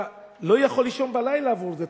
אתה לא יכול לישון בלילה בשל זה.